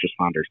responder's